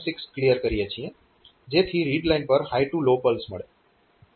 6 clear કરીએ છીએ જેથી રીડ લાઇન પર હાય ટૂ લો પલ્સ મળે